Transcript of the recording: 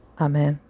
Amen